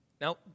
Now